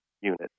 unit